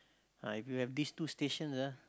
ah if you have these two stations ah